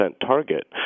target